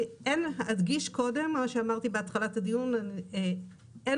אדגיש קודם מה שאמרתי בהתחלת הדיון אין